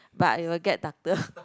but you will get darker